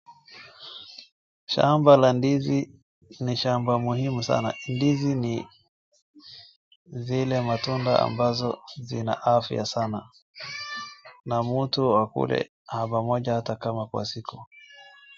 Shamba la ndizi ni shamba muhimu sana. Ndizi ni zile matunda ambazo zina afya sana na mtu akule na pamoja ata kama kwa siku.